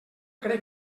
crec